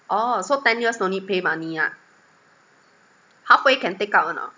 orh so ten years no need pay money ah halfway can take out or not